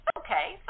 okay